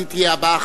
אז היא תהיה הבאה.